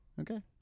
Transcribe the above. Okay